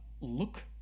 look